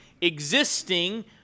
existing